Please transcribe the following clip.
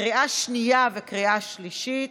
לקריאה שנייה וקריאה שלישית.